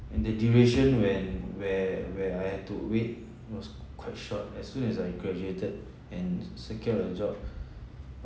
and the duration when where where I had to wait was quite short as soon as I graduated and secured a job